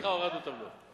לבקשתך, הורדנו את הבלו.